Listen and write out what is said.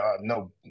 no